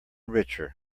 richer